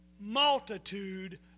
multitude